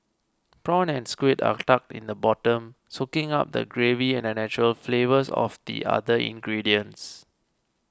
prawn and squid are tucked in the bottom soaking up the gravy and the natural flavours of the other ingredients